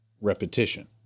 repetition